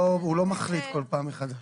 הוא לא מחליט כל פעם מחדש.